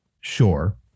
sure